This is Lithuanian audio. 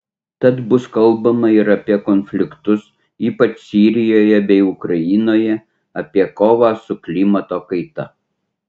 tad bus kalbama ir apie konfliktus ypač sirijoje bei ukrainoje apie kovą su klimato kaita